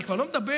אני כבר לא מדבר,